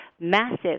massive